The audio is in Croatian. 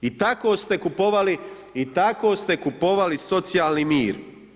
I tako ste kupovali, i tako ste kupovali socijalni mir.